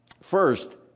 First